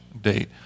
date